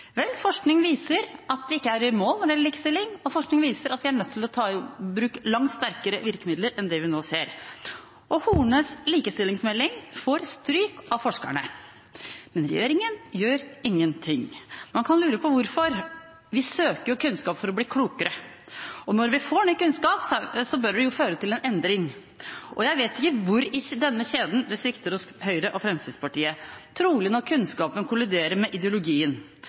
Vel, forskning viser at vi ikke er i mål med likestilling, og forskning viser at vi er nødt til å ta i bruk langt sterkere virkemidler enn det vi nå ser. Statsråd Hornes likestillingsmelding får stryk av forskerne, men regjeringen gjør ingenting. Man kan lure på hvorfor. Vi søker jo kunnskap for å bli klokere, og når vi får ny kunnskap, bør det jo føre til en endring. Jeg vet ikke hvor i denne kjeden det svikter hos Høyre og Fremskrittspartiet – trolig når kunnskapen kolliderer med ideologien.